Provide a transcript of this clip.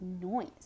noise